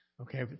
Okay